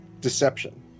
deception